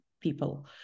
people